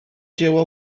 dzieło